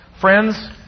Friends